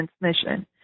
Transmission